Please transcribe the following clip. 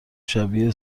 شبیه